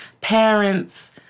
parents